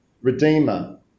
Redeemer